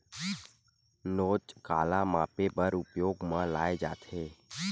नोच काला मापे बर उपयोग म लाये जाथे?